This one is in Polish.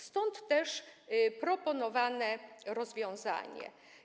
Stąd też proponowane rozwiązanie.